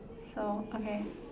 sure okay